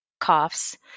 coughs